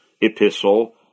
epistle